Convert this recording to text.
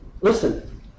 listen